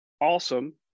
awesome